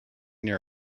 near